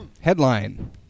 headline